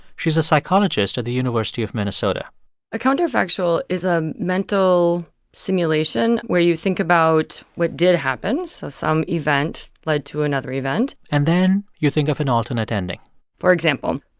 she's a psychologist at the university of minnesota a counterfactual is a mental simulation where you think about what did happen so some event led to another event and then, you think of an alternate ending for example,